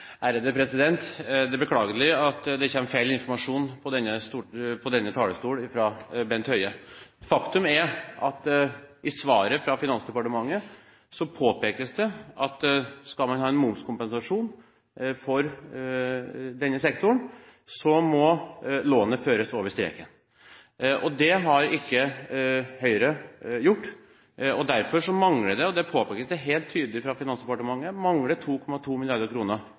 Det er beklagelig at det kommer feil informasjon på denne talerstol fra Bent Høie. Faktum er at i svaret fra Finansdepartementet påpekes det at skal man ha en momskompensasjon for denne sektoren, må lånet føres over streken. Det har ikke Høyre gjort, og derfor mangler det – og det påpekes helt tydelig fra Finansdepartementet – 2,2